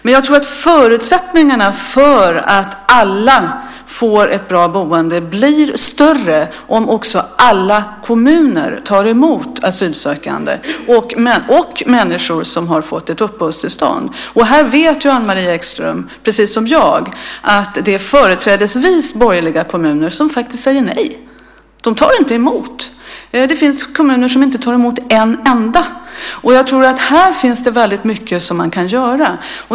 Men jag tror att förutsättningarna för att alla ska få ett bra boende blir större om också alla kommuner tar emot asylsökande och människor som har fått ett uppehållstillstånd. Här vet ju Anne-Marie Ekström, precis som jag, att det företrädesvis är borgerliga kommuner som faktiskt säger nej. De tar inte emot. Det finns kommuner som inte tar emot en enda. Och jag tror att det här finns väldigt mycket som man kan göra.